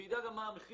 הוא ידע גם מה המחיר.